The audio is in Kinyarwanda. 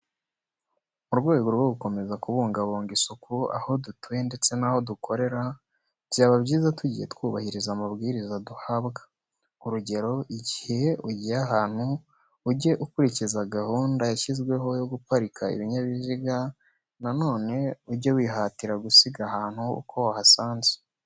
Mu rwego rwo gukomeza kubungabunga isuku aho dutuye ndetse ni aho dukorera, byaba byiza tugiye twubahiriza amabwiriza duhabwa. Urugero, igihe ugiye ahantu uge ukurikiza gahunda yashyizweho yo guparika ibinyabiziga nanone uge wihatira gusiga ahantu uko wahasanze.